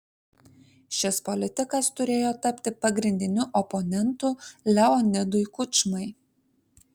šis politikas turėjo tapti pagrindiniu oponentu leonidui kučmai